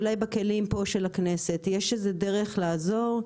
אולי בכלים של הכנסת יש דרך לעזור.